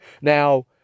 Now